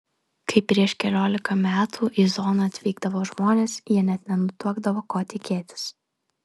kai prieš keliolika metų į zoną atvykdavo žmonės jie net nenutuokdavo ko tikėtis